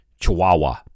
chihuahua